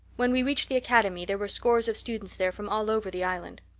when we reached the academy there were scores of students there from all over the island.